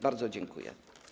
Bardzo dziękuję.